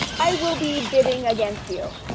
i will be bidding against you.